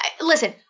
listen